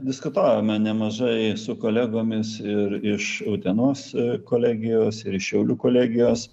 diskutavome nemažai su kolegomis ir iš utenos kolegijos ir iš šiaulių kolegijos